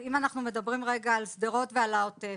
אם אנחנו מדברים על שדרות ועל העוטף,